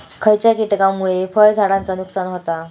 खयच्या किटकांमुळे फळझाडांचा नुकसान होता?